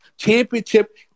Championship